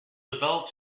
develop